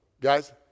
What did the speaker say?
Guys